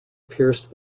pierced